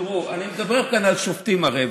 אני מדבר על שופטים, הרי.